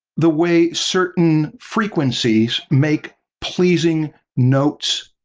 the way certain frequencies make pleasing notes.